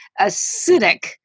acidic